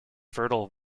fertile